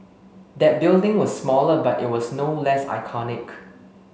that building was smaller but it was no less iconic